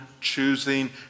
choosing